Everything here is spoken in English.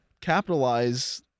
capitalize